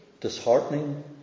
disheartening